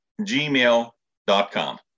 gmail.com